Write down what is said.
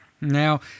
Now